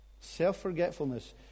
Self-forgetfulness